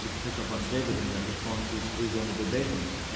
to pick up on david in that response, is is on the verbatims.